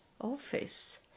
office